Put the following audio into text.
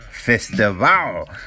Festival